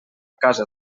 casa